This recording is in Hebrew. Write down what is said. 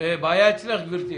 --- בעיה אצלך, גברתי.